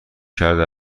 کرده